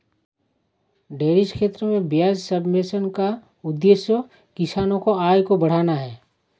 dairy क्षेत्र में ब्याज सब्वेंशन का उद्देश्य किसानों की आय को बढ़ाना है